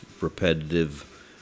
repetitive